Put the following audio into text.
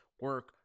Work